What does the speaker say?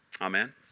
Amen